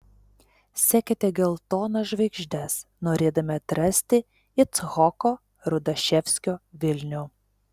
sekite geltonas žvaigždes norėdami atrasti icchoko rudaševskio vilnių